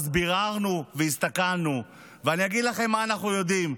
אז ביררנו והסתכלנו ואני אגיד לכם מה אנחנו יודעים.